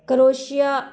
ਕਰੋਸ਼ੀਆ